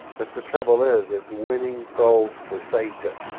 but the trouble is it's winning souls for satan,